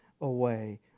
away